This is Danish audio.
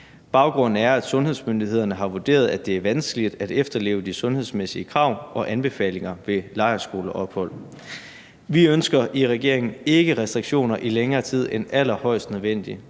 Baggrunden er, at sundhedsmyndighederne har vurderet, at det er vanskeligt at efterleve de sundhedsmæssige krav og anbefalinger ved lejrskoleophold. Vi ønsker i regeringen ikke restriktioner i længere tid end allerhøjst nødvendigt,